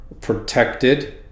protected